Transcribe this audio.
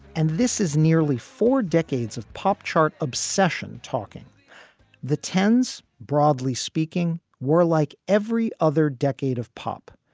and this is nearly four decades of pop chart obsession talking the ten s. broadly speaking, we're like every other decade of pop.